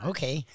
Okay